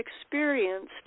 experienced